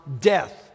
death